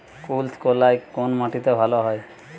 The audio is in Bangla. কুলত্থ কলাই কোন মাটিতে ভালো হয়?